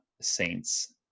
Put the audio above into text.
saints